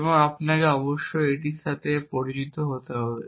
এবং আপনাকে অবশ্যই এটির সাথে পরিচিত হতে হবে